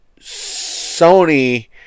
Sony